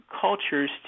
cultures